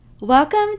Welcome